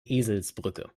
eselsbrücke